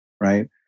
right